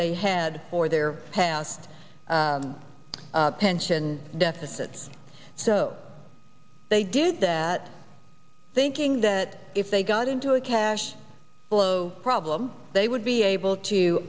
they had or their past pension deficits so they did that thinking that if they got into a cash flow problem they would be able to